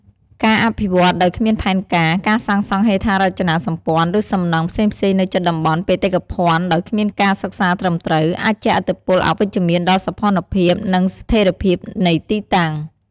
ការអភិវឌ្ឍន៍ដោយគ្មានផែនការ ការសាងសង់ហេដ្ឋារចនាសម្ព័ន្ធ ឬសំណង់ផ្សេងៗនៅជិតតំបន់បេតិកភណ្ឌដោយគ្មានការសិក្សាត្រឹមត្រូវ អាចជះឥទ្ធិពលអវិជ្ជមានដល់សោភ័ណភាព និងស្ថេរភាពនៃទីតាំង។